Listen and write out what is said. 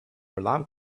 alarm